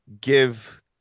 give